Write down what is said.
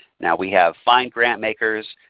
now we have find grantmakers,